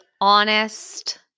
honest